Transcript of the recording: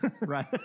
Right